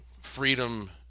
freedom